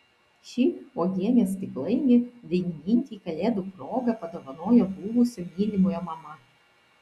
šį uogienės stiklainį dainininkei kalėdų proga padovanojo buvusio mylimojo mama